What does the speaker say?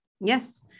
yes